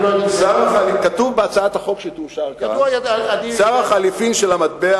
כתוב בהצעת החוק שתאושר כאן: "שער החליפין של המטבע